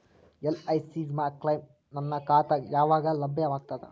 LIC ವಿಮಾ claim ನನ್ನ ಖಾತಾಗ ಯಾವಾಗ ಲಭ್ಯವಾಗತದ?